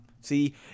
See